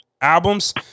albums